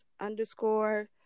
underscore